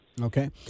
Okay